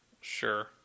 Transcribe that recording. Sure